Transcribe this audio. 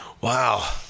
Wow